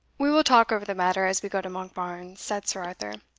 we will talk over the matter as we go to monkbarns, said sir arthur.